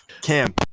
Cam